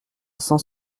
cent